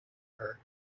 her